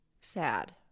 sad